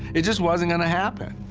it just wasn't going to happen.